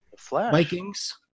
Vikings